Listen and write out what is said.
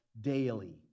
daily